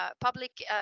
public